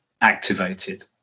activated